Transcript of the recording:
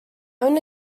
own